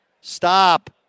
Stop